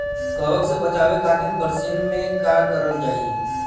कवक से बचावे खातिन बरसीन मे का करल जाई?